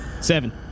Seven